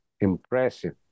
impressive